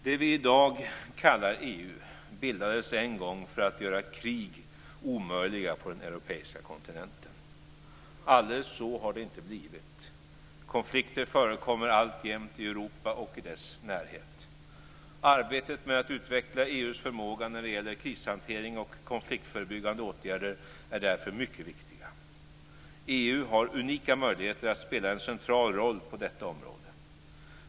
Det vi i dag kallar EU bildades en gång för att göra krig omöjliga på den europeiska kontinenten. Alldeles så har det inte blivit. Konflikter förekommer alltjämt i Europa och i dess närhet. Arbetet med att utveckla EU:s förmåga när det gäller krishantering och konfliktförebyggande åtgärder är därför mycket viktigt. EU har unika möjligheter att spela en central roll på detta område.